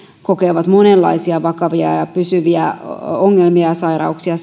kokevat monenlaisia vakavia ja pysyviä ongelmia saavat sairauksia